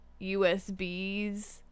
USBs